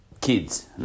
kids